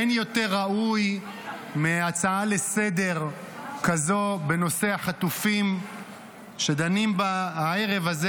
אין יותר ראוי מהצעה לסדר-יום כזו בנושא החטופים שדנים בה הערב הזה,